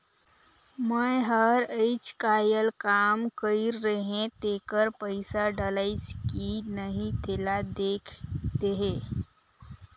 मै हर अईचकायल काम कइर रहें तेकर पइसा डलाईस कि नहीं तेला देख देहे?